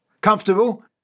comfortable